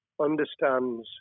understands